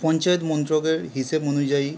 পঞ্চায়েত মন্ত্রকের হিসেব অনুযায়ী